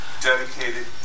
dedicated